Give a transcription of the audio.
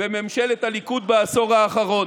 וממשלת הליכוד בעשור האחרון.